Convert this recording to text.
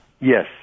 Yes